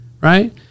right